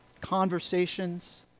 conversations